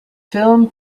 film